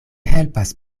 helpas